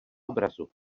obrazu